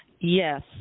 Yes